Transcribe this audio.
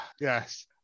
yes